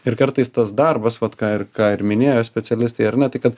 ir kartais tas darbas vat ką ir ką ir minėjo specialistai ar ne tai kad